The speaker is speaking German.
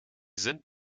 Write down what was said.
sind